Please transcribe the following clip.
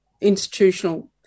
institutional